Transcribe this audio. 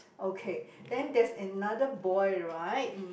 okay then there's another boy right